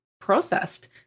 processed